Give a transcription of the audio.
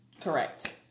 correct